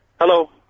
Hello